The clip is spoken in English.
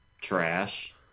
trash